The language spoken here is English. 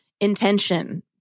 intention